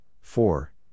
four